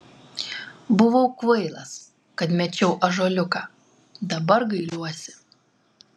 buvau kvailas kad mečiau ąžuoliuką dabar gailiuosi